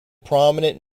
prominent